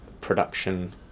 production